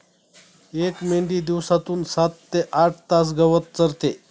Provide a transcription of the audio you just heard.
एक मेंढी दिवसातून सात ते आठ तास गवत चरते